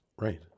right